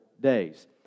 days